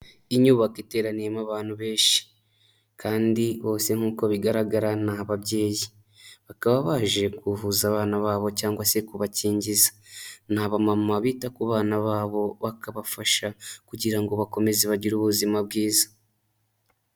Inyubako iteraniyemo abantu benshi kandi bose nk'uko bigaragara n’ababyeyi bakaba baje kuvuza abana babo cyangwa se kubakingiza naba mama bita ku bana babo bakabafasha kugira ngo bakomeze bagire ubuzima bwiza.